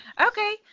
Okay